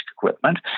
Equipment